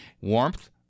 Warmth